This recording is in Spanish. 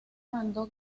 mandó